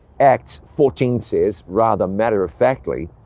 acts fourteen says, rather matter-of-factly,